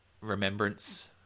remembrance